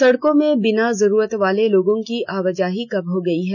सड़कों में बिना जरूरत वाले लोगों की आवाजाही कम हो गयी है